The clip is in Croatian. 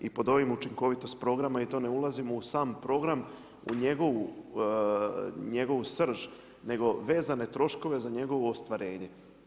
I pod ovim učinkovitost programa, i to ne ulazimo u sam program u njegovu srž nego vezane troškove za njegovo ostvarenje.